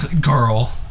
girl